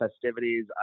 festivities